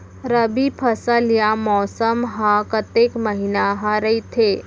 रबि फसल या मौसम हा कतेक महिना हा रहिथे?